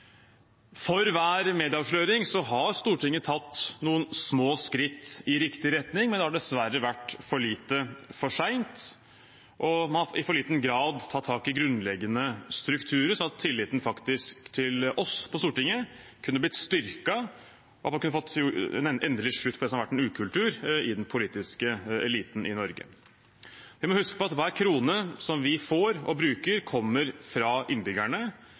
For hver medieavsløring har Stortinget tatt noen små skritt i riktig retning, men det har dessverre vært for lite for seint, og man har i for liten grad tatt tak i grunnleggende strukturer, sånn at tilliten til oss på Stortinget faktisk kunne blitt styrket, og man kunne fått en endelig slutt på det som har vært en ukultur i den politiske eliten i Norge. Vi må huske på at hver krone som vi får og bruker, kommer fra innbyggerne.